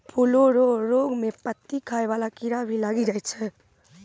फूलो रो रोग मे पत्ती खाय वाला कीड़ा भी लागी जाय छै